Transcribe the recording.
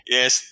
Yes